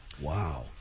Wow